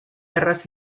erraz